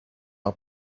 are